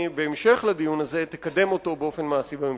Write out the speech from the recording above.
ובהמשך לדיון הזה גם תקדם אותו באופן מעשי בממשלה.